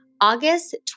August